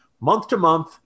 Month-to-month